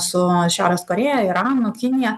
su šiaurės korėja iranu kinija